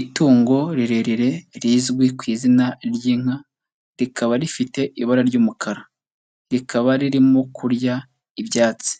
Itungo rirerire rizwi ku izina ry'inka, rikaba rifite ibara ry'umukara, rikaba ririmo kurya ibyatsi